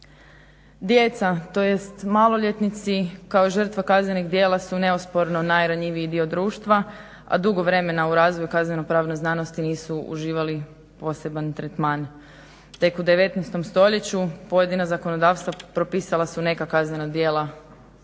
Djeca tj. maloljetnici kao žrtva kaznenih djela su neosporno najranjiviji dio društva, a dugo vremena u razvoju kaznenopravne znanosti nisu uživali poseban tretman. Tek u 19.stoljeću pojedina zakonodavstva propisala su neka kaznena djela